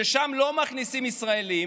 ששם לא מכניסים ישראלים,